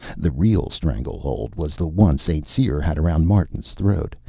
the real strangle-hold was the one st. cyr had around martin's throat,